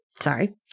sorry